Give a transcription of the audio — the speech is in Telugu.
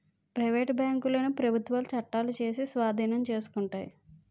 ప్రైవేటు బ్యాంకులను ప్రభుత్వాలు చట్టాలు చేసి స్వాధీనం చేసుకుంటాయి